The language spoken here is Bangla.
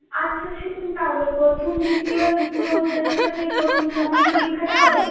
আচ্ছা শুনুন তাহলে প্রথম দ্বিতীয় তৃতীয় অধ্যায় থেকে তো এই প্রথম সাময়িক পরীক্ষাটা হবে